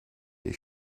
ich